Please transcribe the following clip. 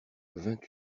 vingt